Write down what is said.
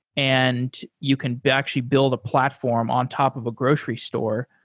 and you can actually build a platform on top of a grocery store,